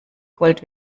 gold